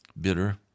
bitter